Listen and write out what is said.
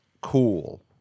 cool